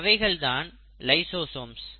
அவைகள்தான் lysosomes